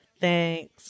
Thanks